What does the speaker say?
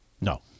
No